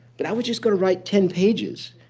but i was just going to write ten pages.